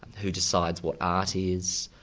who decides what art is,